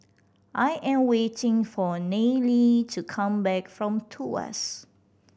I am waiting for Nayely to come back from Tuas